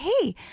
hey